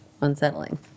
unsettling